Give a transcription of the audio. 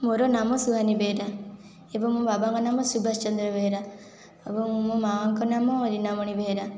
ମୋର ନାମ ସୁହାନି ବେହେରା ଏବଂ ମୋ' ବାବାଙ୍କ ନାମ ସୁବାଶ ଚନ୍ଦ୍ର ବେହେରା ଏବଂ ମୋ ମାଙ୍କ ନାମ ରିନାମଣୀ ବେହେରା